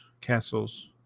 castles